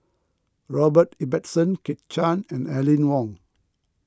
Robert Ibbetson Kit Chan and Aline Wong